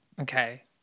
okay